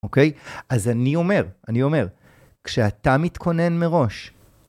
אוקיי? אז אני אומר, אני אומר, כשאתה מתכונן מראש...